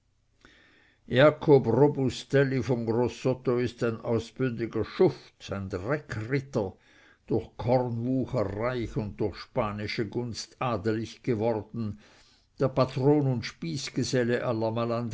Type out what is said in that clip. robustelli von grosotto ist ein ausbündiger schuft ein dreckritter durch kornwucher reich und durch spanische gunst adelig geworden der patron und spießgeselle